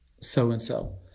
so-and-so